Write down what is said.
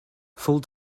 full